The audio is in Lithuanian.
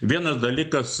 vienas dalykas